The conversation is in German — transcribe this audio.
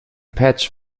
patch